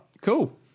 cool